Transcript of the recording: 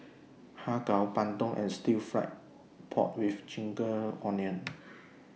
Har Kow Bandung and Stir Fried Pork with Ginger Onions